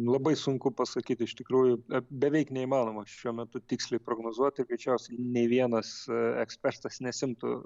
labai sunku pasakyti iš tikrųjų beveik neįmanoma šiuo metu tiksliai prognozuoti greičiausiai nei vienas ekspertas nesiimtų